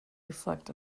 reflect